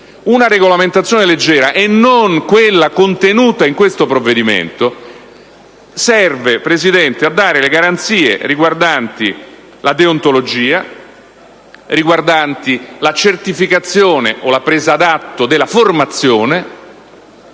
Una regolamentazione leggera, e non quella contenuta nel provvedimento in esame, serve, signor Presidente, a dare le garanzie riguardanti la deontologia, la certificazione o la presa d'atto della formazione,